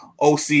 OC